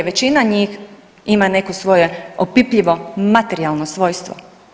Većina njih ima neko svoje opipljivo materijalno svojstvo.